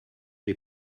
les